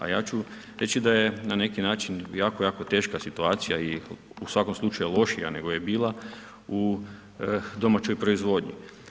A ja ću reći da je na neki način, jako jako teška situacija i u svakom slučaju lošija nego je bila, u domaćoj proizvodnji.